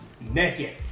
Naked